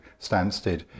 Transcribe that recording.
Stansted